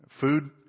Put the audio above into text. Food